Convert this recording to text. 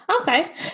Okay